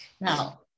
Now